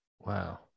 Wow